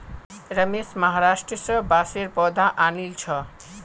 रमेश महाराष्ट्र स बांसेर पौधा आनिल छ